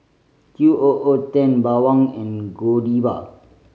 Q O O Ten Bawang and Godiva